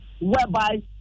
whereby